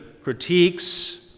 critiques